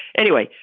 anyway,